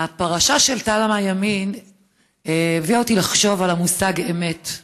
הפרשה של תלמה ילין הביאה אותי לחשוב על המושג "אמת",